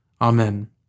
Amen